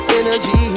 energy